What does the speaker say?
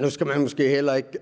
Nu skal man måske heller ikke